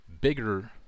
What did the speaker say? bigger